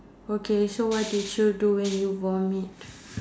okay so what did you do when you vomit